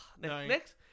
next